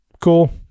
cool